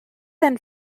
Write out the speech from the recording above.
then